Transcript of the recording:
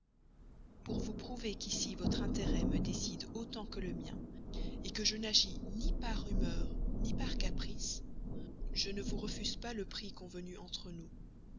pour vous prouver qu'ici votre intérêt me décide autant que le mien que je n'agis ni par humeur ni par caprice je ne vous refuse pas le prix convenu entre nous